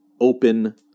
open